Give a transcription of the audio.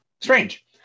Strange